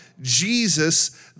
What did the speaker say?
Jesus